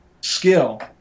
skill